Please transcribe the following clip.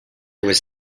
was